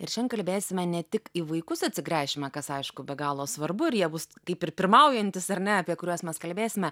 ir šiandien kalbėsime ne tik į vaikus atsigręšime kas aišku be galo svarbu ir jie bus kaip ir pirmaujantys ar ne apie kuriuos mes kalbėsime